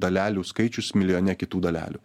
dalelių skaičius milijone kitų dalelių